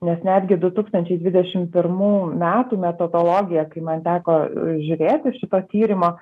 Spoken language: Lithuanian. nes netgi du tūkstančiai dvidešim pirmų metų metodologija kai man teko žiūrėti šito tyrimo